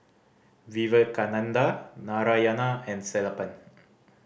Vivekananda Narayana and Sellapan